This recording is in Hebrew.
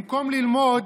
במקום ללמוד,